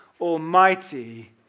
almighty